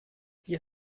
ihr